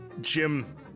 Jim